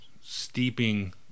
steeping